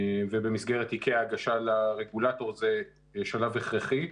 ובמסגרת תיקי ההגשה לרגולטור זה שלב הכרחי.